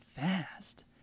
fast